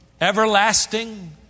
everlasting